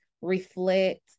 reflect